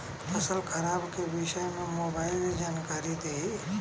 फसल खराब के विषय में मोबाइल जानकारी देही